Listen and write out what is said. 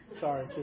Sorry